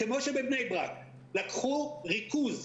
כמו שבבני ברק לקחו ריכוז,